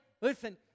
listen